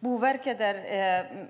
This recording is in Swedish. Boverket